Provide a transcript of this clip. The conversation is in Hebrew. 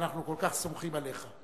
אנחנו כל כך סומכים עליך.